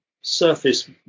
surface